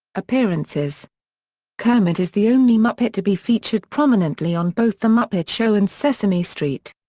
appearances kermit is the only muppet to be featured prominently on both the muppet show and sesame street.